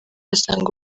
asanga